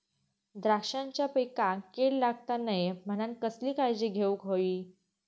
द्राक्षांच्या पिकांक कीड लागता नये म्हणान कसली काळजी घेऊक होई?